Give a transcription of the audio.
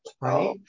Right